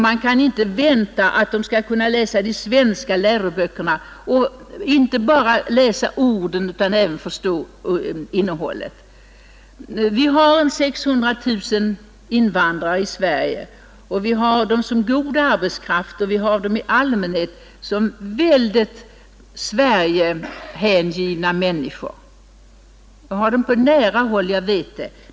Man kan inte hoppas att de skall kunna använda de svenska läroböckerna och förstå innehållet — inte bara läsa orden. Vi har 600 000 invandrare i Sverige och vi har dem som god arbetskraft. De är mycket Sverigehängivna människor. Jag har dem på nära håll, så jag vet det.